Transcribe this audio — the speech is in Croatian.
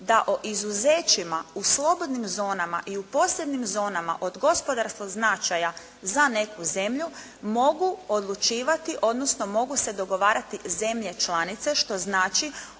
da o izuzećima u slobodnim zonama i u posebnim zonama od gospodarskog značaja za neku zemlju, mogu odlučivati odnosno mogu se dogovarati zemlje članice što znači